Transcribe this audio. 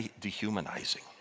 dehumanizing